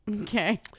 Okay